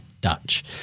Dutch